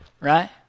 right